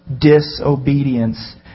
disobedience